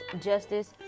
justice